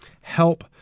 help